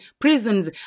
prisons